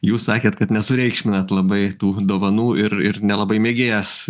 jūs sakėt kad nesureikšminat labai tų dovanų ir ir nelabai mėgėjas